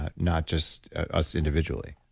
ah not just us individually